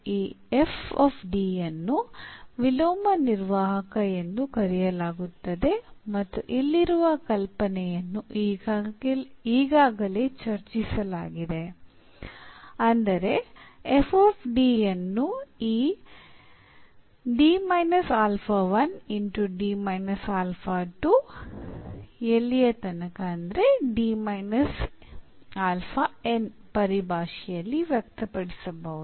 ಈ ಯನ್ನು ವಿಲೋಮ ನಿರ್ವಾಹಕ ಎಂದು ಕರೆಯಲಾಗುತ್ತದೆ ಮತ್ತು ಇಲ್ಲಿರುವ ಕಲ್ಪನೆಯನ್ನು ಈಗಾಗಲೇ ಚರ್ಚಿಸಲಾಗಿದೆ ಅಂದರೆ ಯನ್ನು ಈ ಪರಿಭಾಷೆಯಲ್ಲಿ ವ್ಯಕ್ತಪಡಿಸಬಹುದು